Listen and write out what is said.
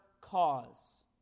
cause